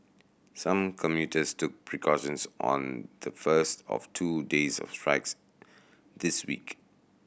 some commuters took precautions on the first of two days of strikes this week